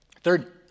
Third